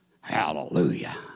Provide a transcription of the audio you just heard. Hallelujah